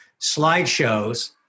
slideshows